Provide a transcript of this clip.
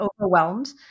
overwhelmed